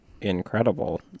incredible